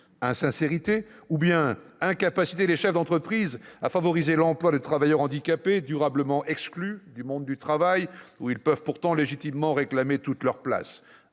Insincérité ? Ou bien incapacité des chefs d'entreprise à favoriser l'emploi de travailleurs handicapés, durablement exclus du monde du travail où ils peuvent pourtant légitimement réclamer toute leur place